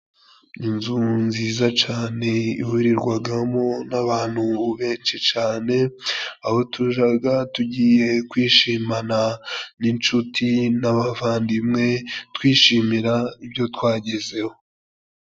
Inzu nziza cane ihurirwagamo n'abantu benshi cane, aho tubaga tugiye kwishimana n'inshuti n'abavandimwe twishimira ibyo twagezeho.